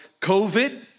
COVID